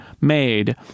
made